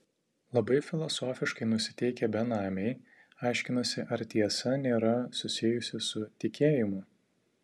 labai filosofiškai nusiteikę benamiai aiškinasi ar tiesa nėra susijusi su tikėjimu